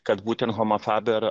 kad būtent homofaber